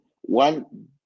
one